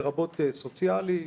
לרבות סוציאלי,